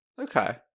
Okay